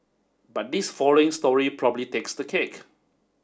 but this following story probably takes the cake